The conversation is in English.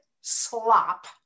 slop